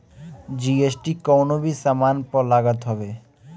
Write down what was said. GST कवनो भी सामान पअ लागत हवे